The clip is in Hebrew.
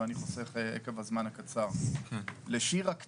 כי אני רוצה לחסוך בזמן הקצר,